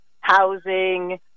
housing